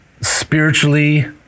spiritually